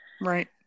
Right